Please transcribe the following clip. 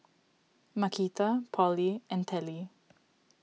Markita Polly and Telly